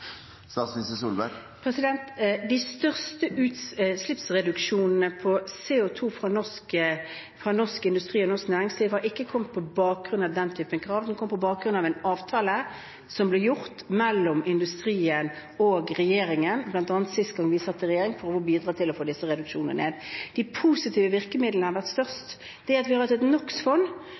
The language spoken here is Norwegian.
De største utslippsreduksjonene for CO2 fra norsk industri og norsk næringsliv har ikke kommet på bakgrunn av den typen krav, de kom på bakgrunn av en avtale som ble gjort mellom industrien og regjeringen – bl.a. sist gang vi satt i regjering – for å bidra til disse reduksjonene. De positive virkemidlene har vært størst. Det at vi har hatt et